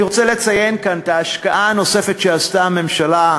אני רוצה לציין כאן את ההשקעה הנוספת שעשתה הממשלה,